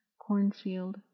Cornfield